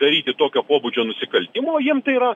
daryti tokio pobūdžio nusikaltimo jiem tai yra